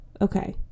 okay